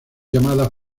llamada